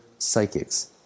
psychics